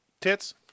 Tits